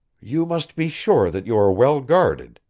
you must be sure that you are well-guarded,